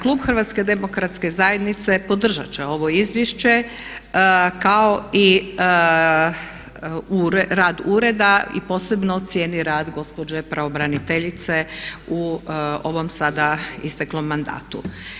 Klub HDZ-a podržat će ovo izvješće kao i rad ureda i posebno cijeni rad gospođe pravobraniteljice u ovom sada isteklom mandatu.